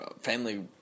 family